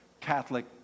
Catholic